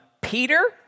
Peter